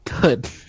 good